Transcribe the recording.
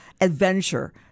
adventure